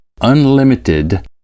unlimited